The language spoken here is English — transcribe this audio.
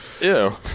Ew